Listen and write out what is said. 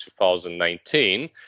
2019